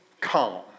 calm